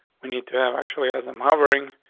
we need to have. actually, as i'm hovering,